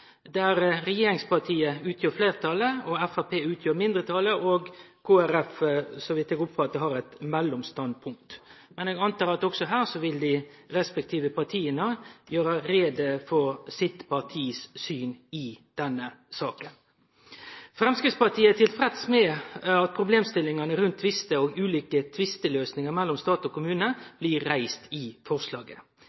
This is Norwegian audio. der regjeringspartia utgjer fleirtalet og Framstegspartiet mindretalet, og der Kristeleg Folkeparti – så vidt eg oppfattar det – har eit mellomstandpunkt. Eg antek at dei respektive partia også her vil gjere greie for sitt syn i denne saka. Framstegspartiet er tilfreds med at problemstillingane rundt tvistar og ulike tvisteløysingar mellom stat og kommune